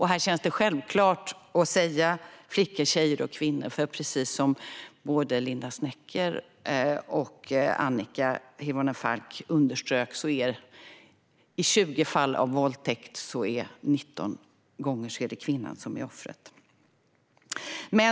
Här känns det självklart att säga flickor, tjejer och kvinnor, för precis som Linda Snecker och Annika Hirvonen Falk underströk är det i 19 våldtäkter av 20 kvinnan som är offret.